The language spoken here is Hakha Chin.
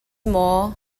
maw